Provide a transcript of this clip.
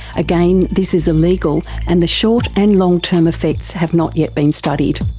again, this is illegal and the short and long term effects have not yet been studied.